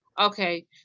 Okay